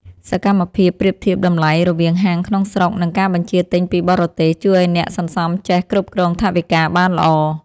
សកម្មភាពប្រៀបធៀបតម្លៃរវាងហាងក្នុងស្រុក និងការបញ្ជាទិញពីបរទេស ជួយឱ្យអ្នកសន្សំចេះគ្រប់គ្រងថវិកាបានល្អ។